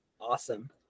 Awesome